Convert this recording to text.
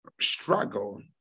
struggle